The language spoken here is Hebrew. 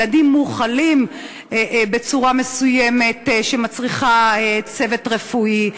ילדים מואכלים בצורה מסוימת שמצריכה צוות רפואי.